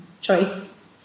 choice